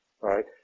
Right